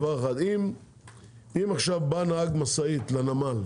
אם נהג משאית בא עכשיו לנמל,